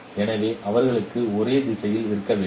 எனவே அவர்களுக்கு ஒரே திசையில் இருக்க வேண்டும்